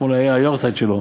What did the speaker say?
אתמול היה היארצייט שלו,